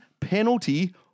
penalty